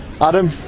Adam